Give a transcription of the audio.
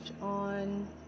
on